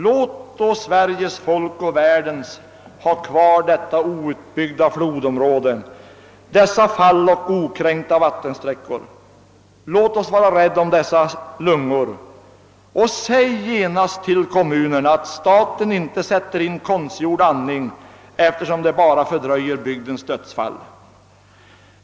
Låt i stället Sveriges folk och hela världen ha kvar detta flodområde outbyggt med dess fall och okränkta vattenflöden! Låt oss vara rädda om dessa värden! Låt kommunen i stället veta att staten inte kommer att sätta in någon konstgjord andning som bara skulle fördröja bygdens död.